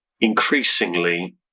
Increasingly